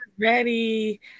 ready